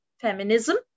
feminism